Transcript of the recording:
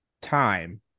time